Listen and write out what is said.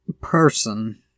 person